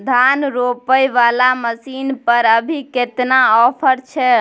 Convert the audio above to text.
धान रोपय वाला मसीन पर अभी केतना ऑफर छै?